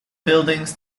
buildings